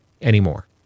anymore